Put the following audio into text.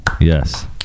yes